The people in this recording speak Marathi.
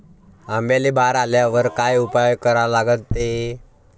आंब्याले बार आल्यावर काय उपाव करा लागते?